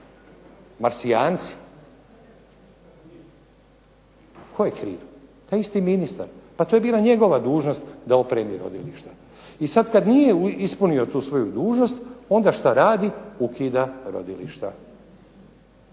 Marsijanci? Tko je kriv, taj isti ministar. Pa to je bila njegova dužnost da opremi rodilište i sad kad nije ispunio tu svoju dužnost onda šta radi, ukida rodilišta.